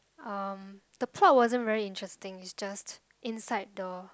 uh the plot wasn't very interesting is just inside the